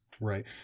Right